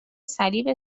صلیب